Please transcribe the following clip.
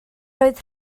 oedd